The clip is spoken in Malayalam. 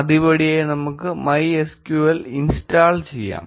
ആദ്യ പടിയായി നമുക്ക് MySQL ഇൻസ്റ്റാൾ ചെയ്യാം